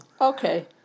Okay